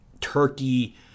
Turkey